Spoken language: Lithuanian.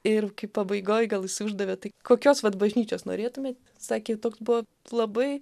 ir kai pabaigoj gal jisai uždavė tai kokios vat bažnyčios norėtumėt sakė toks buvo labai